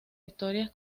historias